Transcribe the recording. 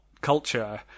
culture